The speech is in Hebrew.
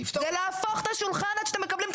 זה להפוך את השולחן עד שאתם מקבלים את